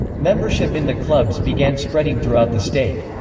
membership in the clubs began spreading throughout the state.